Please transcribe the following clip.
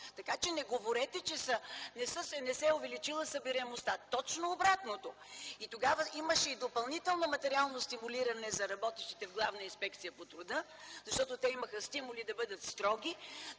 Така че не говорете, че не се е увеличила събираемостта. Точно обратното. Тогава имаше и допълнително материално стимулиране за работещите в Главна инспекция по труда, защото те имаха стимули да бъдат строги,